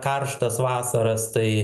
karštas vasaras tai